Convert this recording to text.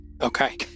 Okay